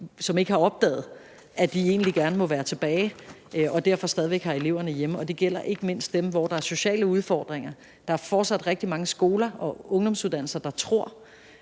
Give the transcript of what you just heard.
som ikke har opdaget, at de egentlig gerne må være tilbage, og derfor stadig væk har eleverne hjemme. Det gælder ikke mindst dem, hvor der er sociale udfordringer. Der er fortsat rigtig mange skoler og ungdomsuddannelser, der tror,